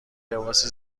لباس